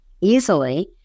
easily